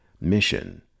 Mission